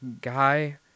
Guy